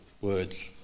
words